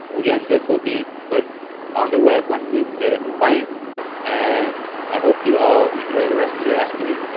again, this will be put on the web once we've made it compliant and i hope you all enjoy the rest of your afternoon.